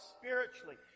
spiritually